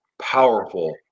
powerful